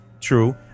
true